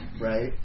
right